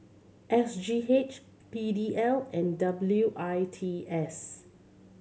S G H P D L and W I T S